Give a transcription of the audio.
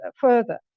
further